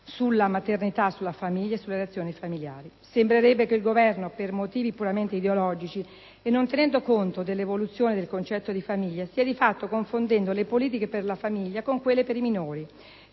sulla maternità, sulla famiglia e sulle relazioni familiari. Sembrerebbe che il Governo, per motivi puramente ideologici e non tenendo conto dell'evoluzione del concetto di famiglia, stia di fatto confondendo le politiche per la famiglia con quelle per i minori.